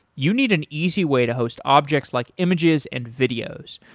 you need an easy way to host objects like images and videos.